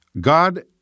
God